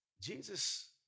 Jesus